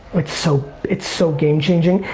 it's so it's so game changing.